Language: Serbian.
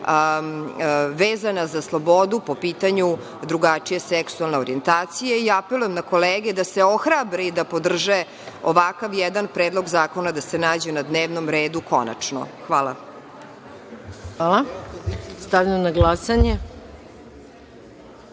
vezana za slobodu po pitanju drugačije seksualne orijentacije. Apelujem na kolege da se ohrabre i da podrže ovakav jedan Predlog zakona da se nađe na dnevnom redu konačno. Hvala. **Maja Gojković** Hvala. Stavljam na glasanje